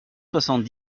soixante